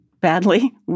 badly